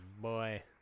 Boy